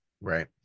Right